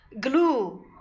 Glue